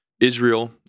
Israel